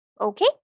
okay